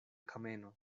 kameno